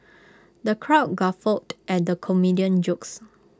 the crowd guffawed at the comedian's jokes